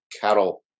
cattle